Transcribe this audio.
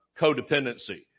codependency